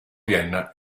vienna